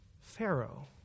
Pharaoh